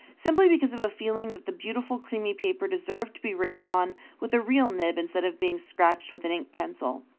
simply because of a feeling that the beautiful creamy paper deserved to be written on with a real nib instead of being scratched with an ink-pencil.